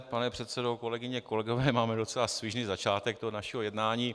Pane předsedo, kolegyně a kolegové, máme docela svižný začátek našeho jednání.